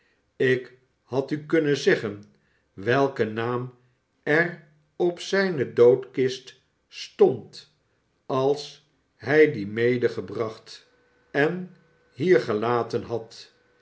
ik had u kunnen zeggen welken naam er op zijne doodkist stond als hij die medegebracht en hier gelaten had